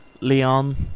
Leon